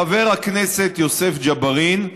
חבר הכנסת יוסף ג'בארין,